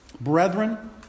Brethren